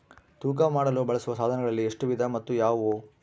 ತೂಕ ಮಾಡಲು ಬಳಸುವ ಸಾಧನಗಳಲ್ಲಿ ಎಷ್ಟು ವಿಧ ಮತ್ತು ಯಾವುವು?